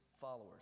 followers